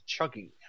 chuggy